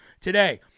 today